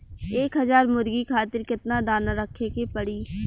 एक हज़ार मुर्गी खातिर केतना दाना रखे के पड़ी?